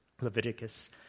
Leviticus